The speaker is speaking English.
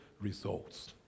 results